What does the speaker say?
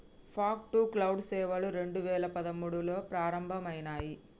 fog to cloud సేవలు రెండు వేల పదమూడులో ప్రారంభమయినాయి